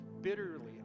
bitterly